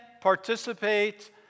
participate